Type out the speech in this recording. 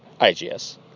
IGS